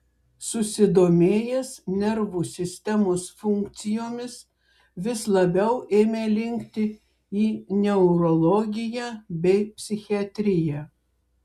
susidomėjęs nervų sistemos funkcijomis vis labiau ėmė linkti į neurologiją bei psichiatriją